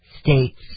states